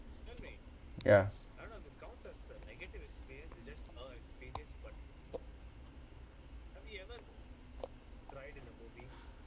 ya